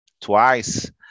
twice